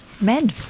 Men